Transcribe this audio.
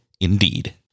Indeed